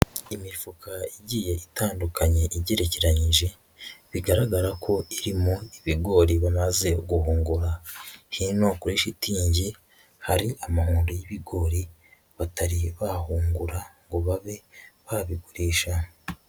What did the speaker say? Imifuka igiye itandukanye igerekeranyije, bigaragara ko irimo ibigori bamaze guhungura. Hino kuri shitingi, hari amahundo y'ibigori, batari bahungura, ngo babe babigurisha.